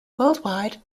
worldwide